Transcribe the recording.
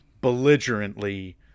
belligerently